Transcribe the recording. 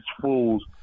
fools